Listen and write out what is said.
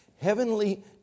heavenly